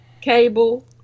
cable